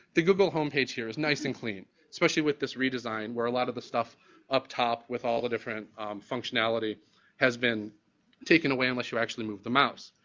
the google homepage here is nice and clean especially with this redesign where a lot of the stuff up top with all the different functionality has been taken away unless you actually move the mouse,